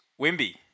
Wimby